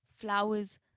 flowers